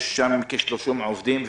יש שם כ-30 עובדים.